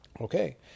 Okay